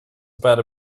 about